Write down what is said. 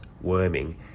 worming